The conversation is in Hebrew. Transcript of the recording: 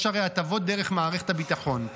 יש הרי הטבות דרך מערכת הביטחון.